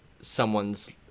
someone's